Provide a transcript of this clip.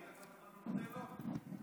ראית כמה הוא נותן לו?